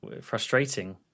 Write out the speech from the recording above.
Frustrating